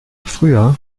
früher